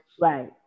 Right